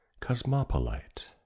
Cosmopolite